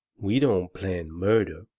we don't plan murder,